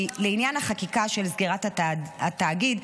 לעניין החקיקה של סגירת התאגיד,